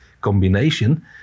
combination